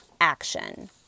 action